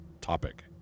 topic